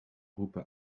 roepen